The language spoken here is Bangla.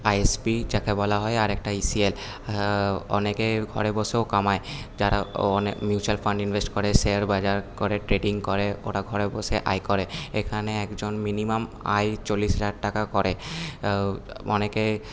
আইএসপি যাকে বলা হয় আর একটা আইসিএল অনেকে ঘরে বসেও কামায় যারা অনেক মিউচুয়াল ফান্ড ইনভেস্ট করে শেয়ার বাজার করে ট্রেডিং করে ওরা ঘরে বসে আয় করে এখানে একজন মিনিমাম আয় চল্লিশ হাজার টাকা করে অনেকে